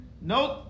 Nope